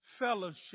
Fellowship